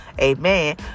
amen